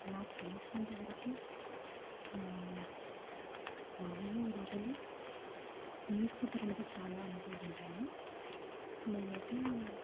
నాకు తెలిసినంత వరకు మామూలుగా ఈ రోజుల్లో న్యూస్ పేపర్ అనేది చాలా ఇంపార్టెంట్ అండి మేము అయితే